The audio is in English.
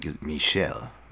Michel